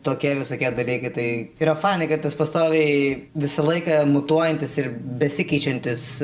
tokie visokie dalykai tai yra fanai kad tas pastoviai visą laiką mutuojantis ir besikeičiantis